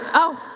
oh,